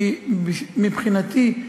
כי מבחינתי,